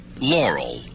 Laurel